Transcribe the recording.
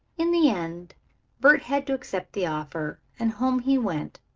in the end bert had to accept the offer, and home he went,